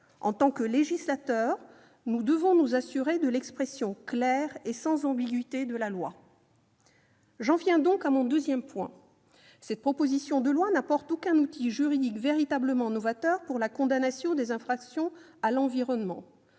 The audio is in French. En tant que législateurs, nous devons nous assurer de l'expression claire et sans ambiguïté de la loi. J'en viens donc à mon deuxième point. Cette proposition de loi n'apporte aucun outil juridique véritablement novateur pour la condamnation des infractions à l'environnement.